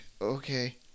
okay